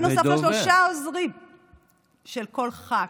בנוסף לשלושה עוזרים של כל ח"כ.